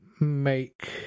make